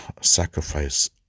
sacrifice